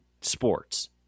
sports